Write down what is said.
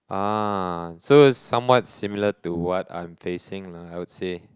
ahh so it's somewhat similar to what I'm facing lah I'd say